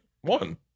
One